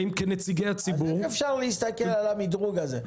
האם כנציגי הציבור --- אז איך אפשר להסתכל על המדרוג הזה?